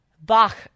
Bach